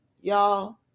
Y'all